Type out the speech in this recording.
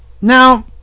Now